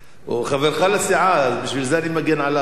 הוא חברך לסיעה, בשביל זה אני מגן עליו.